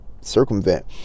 circumvent